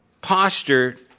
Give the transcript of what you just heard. posture